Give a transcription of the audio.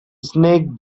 snake